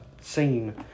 scene